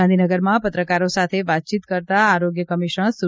ગાંધીનગરમાં પત્રકારો સાથે વાતચીત કરતાં આરોગ્ય કમિશનર સુ